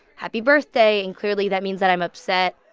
happy birthday and clearly that means that i'm upset.